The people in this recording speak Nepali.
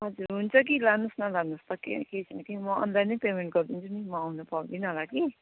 हजुर हुन्छ कि लानुहोस् न लानु त कि म अनलाइन नै पेमेन्ट गरिदिन्छु नि म आउनु पाउँदिन होला कि